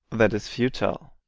that is futile.